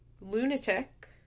lunatic